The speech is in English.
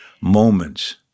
moments